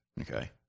okay